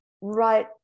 right